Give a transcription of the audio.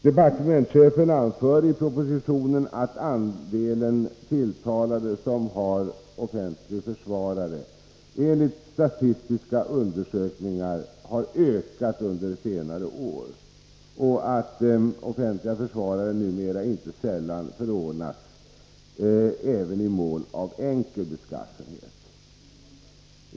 Departementschefen anför i propositionen att andelen tilltalade som har offentlig försvarare enligt statistiska undersökningar har ökat under senare år och att offentlig försvarare numera inte sällan förordnas även i mål av enkel beskaffenhet.